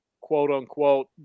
quote-unquote